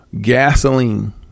gasoline